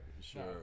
Sure